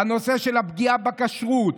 הנושא של הפגיעה בכשרות,